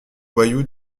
voyou